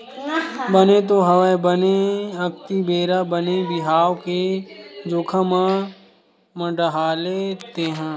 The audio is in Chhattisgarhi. बने तो हवय बने अक्ती बेरा बने बिहाव के जोखा ल मड़हाले तेंहा